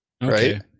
right